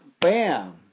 bam